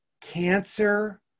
cancer